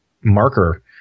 marker